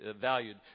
valued